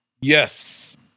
Yes